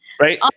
Right